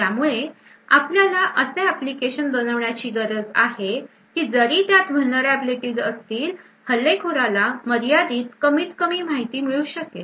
त्यामुळे आपल्याला असे एप्लीकेशन बनवण्याची गरज आहे की जरी त्यात vulnerablities असतील हल्लेखोराला मर्यादित कमीत कमी माहिती मिळू शकेल